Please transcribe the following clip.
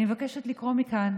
אני מבקשת לקרוא מכאן